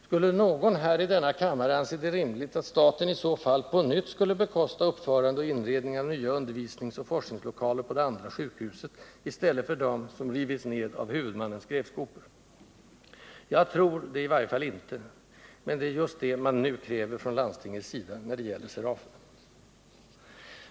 Skulle någon här i denna kammare anse det rimligt att staten i så fall på nytt skulle bekosta uppförande och inredning av nya undervisningsoch forskningslokaler på det andra sjukhuset i stället för dem som rivits ned av huvudmannens grävskopor? Jag tror det i varje fall inte. Men det är just detta man nu kräver från landstingets sida, när det gäller Serafen.